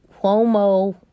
Cuomo